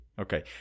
Okay